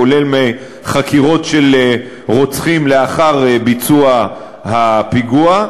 כולל מחקירות של רוצחים לאחר ביצוע פיגוע,